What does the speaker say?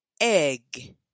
egg